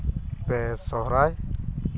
ᱯᱮ ᱥᱚᱦᱨᱟᱭ